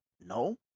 no